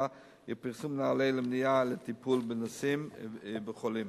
ופרסום נהלים למניעה ולטיפול בנשאים ובחולים.